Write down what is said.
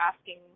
asking